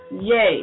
yay